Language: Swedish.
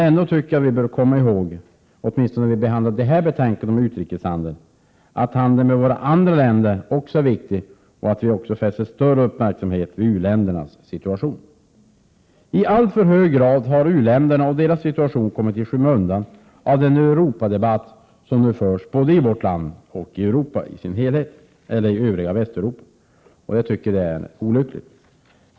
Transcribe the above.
Ändå anser jag att vi bör komma ihåg, åtminstone när vi behandlar detta betänkande om utrikeshandeln, att vår handel med andra länder också är viktig och därvid fästa större uppmärksamhet vid u-ländernas situation. I alltför hög grad har u-länderna och deras situation kommit i skymundan av den Europadebatt som nu förs både i vårt land och i Västeuropa i övrigt. Det tycker jag är olyckligt.